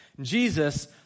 Jesus